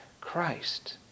Christ